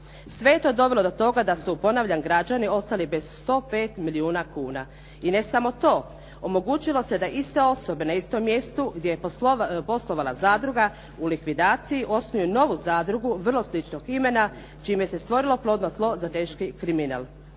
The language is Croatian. Sve je to dovelo do toga da su, ponavljam, građani ostali bez 105 milijuna kuna. I ne samo to, omogućilo se da iste osobe na istom mjestu gdje je poslovala zadruga u likvidaciji osnuju novu zadrugu vrlo sličnog imena čime se stvorilo plodno tlo za teški kriminal.